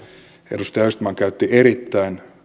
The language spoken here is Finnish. edustaja östman käytti erittäin